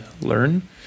learn